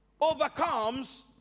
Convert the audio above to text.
overcomes